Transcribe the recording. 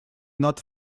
not